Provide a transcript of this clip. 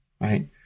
Right